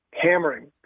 hammering